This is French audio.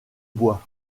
bois